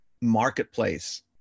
marketplace